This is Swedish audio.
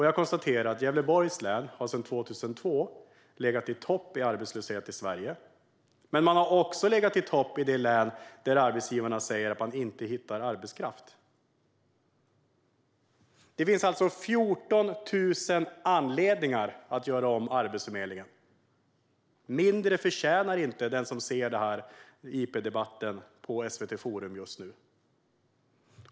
Jag konstaterar att Gävleborgs län sedan 2002 har legat i topp i Sverige när det gäller arbetslöshet. Men man har också legat i topp när det gäller de län där flest arbetsgivare säger att de inte hittar arbetskraft. Det finns alltså 14 000 anledningar att göra om Arbetsförmedlingen. Mindre förtjänar inte den som ser denna interpellationsdebatt på SVT Forum just nu.